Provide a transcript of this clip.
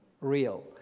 real